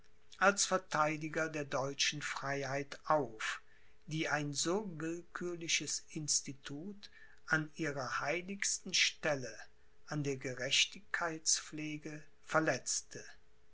als vertheidiger der deutschen freiheit auf die ein so willkürliches institut an ihrer heiligsten stelle an der gerechtigkeitspflege verletzte